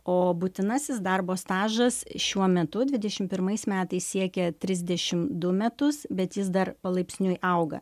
o būtinasis darbo stažas šiuo metu dvidešim pirmais metais siekia trisdešim du metus bet jis dar palaipsniui auga